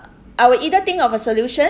I will either think of a solution